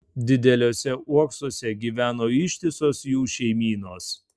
dideliuose uoksuose gyveno ištisos jų šeimynos